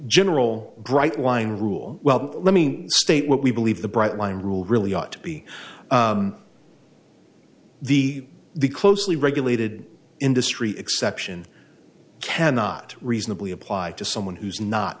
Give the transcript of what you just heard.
general bright line rule well let me state what we believe the bright line rule really ought to be the the closely regulated industry exception cannot reasonably apply to someone who's not